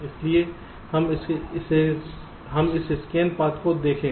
इसलिए हम इस स्कैन पथ को देखा